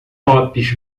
tops